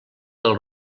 del